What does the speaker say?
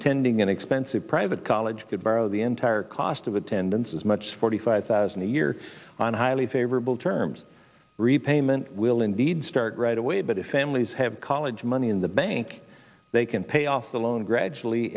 attending an expensive private college could borrow the entire cost of attendance as much forty five thousand a year on highly favorable terms repayment will indeed start right away but if families have college money in the bank they can pay off the loan gradually